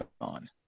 on